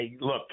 look